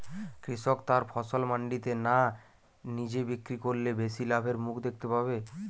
কৃষক তার ফসল মান্ডিতে না নিজে বিক্রি করলে বেশি লাভের মুখ দেখতে পাবে?